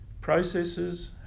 processes